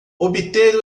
obter